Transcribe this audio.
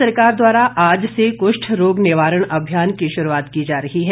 राज्य सरकार द्वारा आज से कुष्ठ रोग निवारण अभियान की शुरूआत की जा रही है